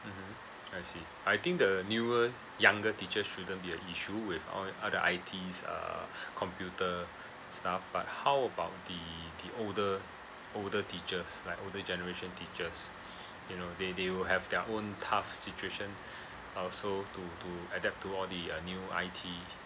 mmhmm I see I think the newer younger teacher shouldn't be a issue with all all the I_Ts uh computer stuff but how about the the older older teachers like older generation teachers you know they they will have their own tough situation also to to adapt to all the uh new I_T